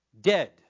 dead